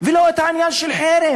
ולא את העניין של חרם,